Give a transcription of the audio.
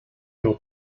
your